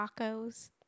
tacos